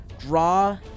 draw